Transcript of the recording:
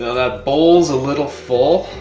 that bowl's a little full.